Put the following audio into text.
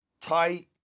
tight